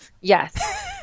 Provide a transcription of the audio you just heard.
Yes